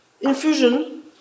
infusion